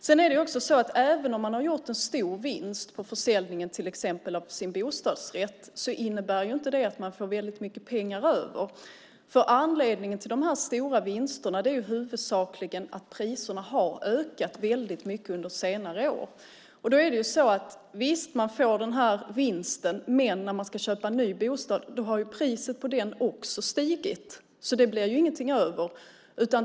Sedan är det också så att även om man har gjort en stor vinst på försäljningen av till exempel sin bostadsrätt så innebär ju inte det att man får väldigt mycket pengar över. Anledningarna till de stora vinsterna är ju huvudsakligen att priserna har ökat väldigt mycket under senare år. Och visst får man den här vinsten, men när man ska köpa en ny bostad har priset på den också stigit, så det blir ju ingenting över.